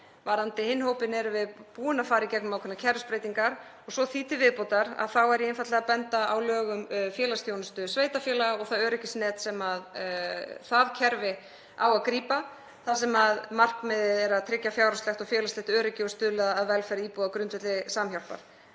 Varðandi hinn hópinn erum við búin að fara í gegnum ákveðnar kerfisbreytingar og svo því til viðbótar þá er ég einfaldlega að benda á lög um félagsþjónustu sveitarfélaga og það öryggisnet, það kerfi sem á að grípa, þar sem markmiðið er að tryggja fjárhagslegt og félagslegt öryggi og stuðla að velferð íbúa á grundvelli samhjálpar